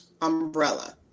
umbrella